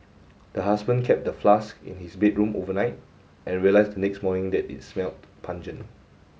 the husband kept the flask in his bedroom overnight and realised the next morning that it smelt pungent